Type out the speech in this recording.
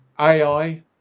AI